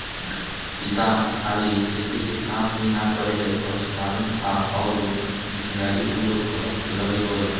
किसान खाली खेती के काम ही ना करेलें, पशुपालन आ अउरो जिम्मेदारी ऊ लोग कअ लगे होला